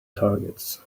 targets